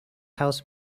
house